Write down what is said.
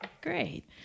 Great